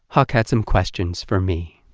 huck had some questions for me.